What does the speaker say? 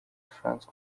francois